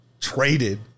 traded